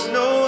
no